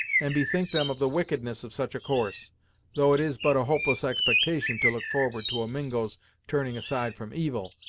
and bethink them of the wickedness of such a course though it is but a hopeless expectation to look forward to a mingo's turning aside from evil,